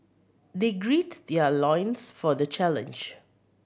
they great their loins for the challenge